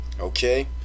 okay